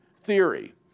theory